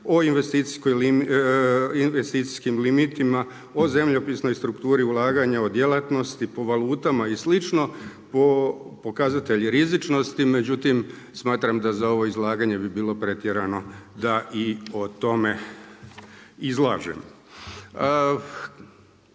o investicijskim limitima, o zemljopisnoj strukturi ulaganja u djelatnosti po valutama i slično, pokazatelj rizičnosti. Međutim, smatram da za ovo izlaganje bi bilo pretjerano da i o tome izlažem.